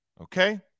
okay